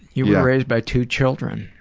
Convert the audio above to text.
you were raised by two children.